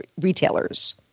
retailers